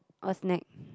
or snack